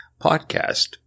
podcast